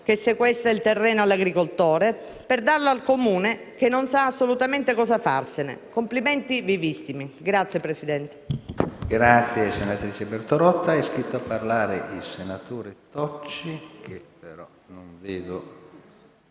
che sequestra il terreno all'agricoltore per darlo al Comune che non sa assolutamente cosa farsene. Complimenti vivissimi! *(Applausi